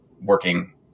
working